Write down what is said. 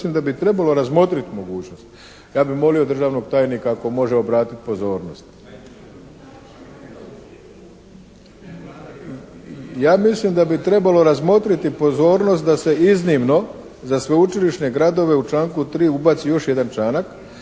ja mislim da bi trebalo razmotriti mogućnost. Ja bih molio državnog tajnika ako može obratiti pozornost. Ja mislim da bi trebalo razmotriti pozornost da se iznimno za sveučilišne gradove u članku 3. ubaci još jedan članak